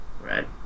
Right